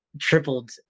tripled